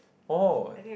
oh